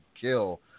kill